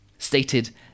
stated